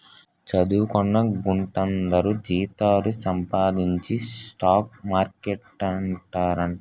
చదువుకొన్న గుంట్లందరూ జీతాలు సంపాదించి స్టాక్ మార్కెట్లేడతండ్రట